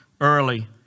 early